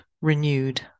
renewed